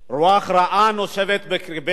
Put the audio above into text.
רוח רעה נושבת בקרבנו.